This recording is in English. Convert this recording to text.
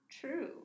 true